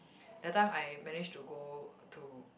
that time I managed to go to